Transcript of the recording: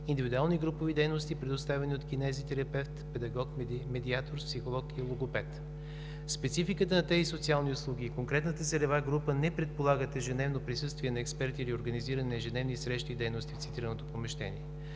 индивидуални групови дейности, предоставени от кинезитерапевт, педагог, медиатор, психолог и логопед. Спецификата на тези социални услуги и конкретната целева група не предполагат ежедневно присъствие на експертите и организиране на ежедневни срещи и дейности в цитираното помещение.